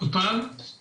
משמעותי בנושא